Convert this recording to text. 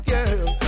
Girl